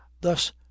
Thus